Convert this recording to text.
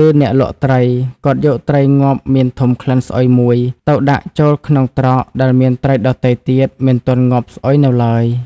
ឬអ្នកលក់ត្រី គាត់យកត្រីងាប់មានធុំក្លិនស្អុយមួយ ទៅដាក់ចូលក្នុងត្រកដែលមានត្រីដទៃទៀតមិនទាន់ងាប់ស្អុយនៅឡើយ។